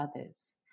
others